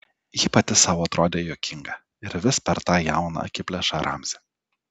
ji pati sau atrodė juokinga ir vis per tą jauną akiplėšą ramzį